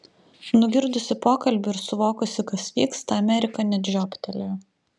nugirdusi pokalbį ir suvokusi kas vyksta amerika net žiobtelėjo